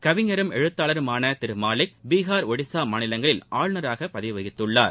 கவிஞரும் எழுத்தாளுருமான திரு மாலிக் பீகார் ஒடிசா மாநிலங்களில் ஆளுநராக பதவி வகித்துள்ளார்